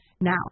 Now